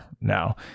now